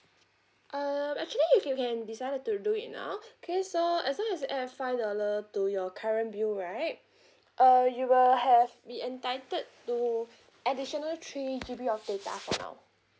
um actually you you can decided to do it now okay so as long as you add five dollar to your current bill right uh you will have be entitled to additional three G_B of data for now